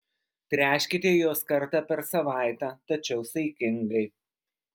tręškite juos kartą per savaitę tačiau saikingai